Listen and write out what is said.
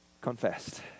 confessed